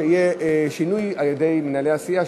שיהיה שינוי על-ידי מנהלי הסיעה,